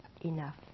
enough